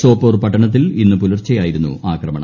സോപോർ പട്ടണത്തിൽ ഇന്ന് പുലർച്ചെയായിരുന്നു ആക്രമണം